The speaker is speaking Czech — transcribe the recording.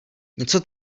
něco